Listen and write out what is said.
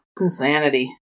Insanity